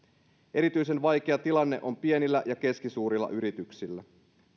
erityisen vaikea tilanne on pienillä ja keskisuurilla yrityksillä